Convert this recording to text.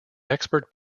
expert